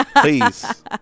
please